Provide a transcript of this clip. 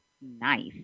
Nice